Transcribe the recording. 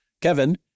Kevin